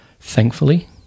thankfully